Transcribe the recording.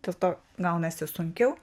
dėl to gaunasi sunkiau